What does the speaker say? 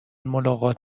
ملاقات